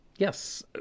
Yes